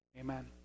Amen